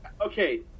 Okay